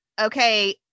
Okay